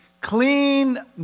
clean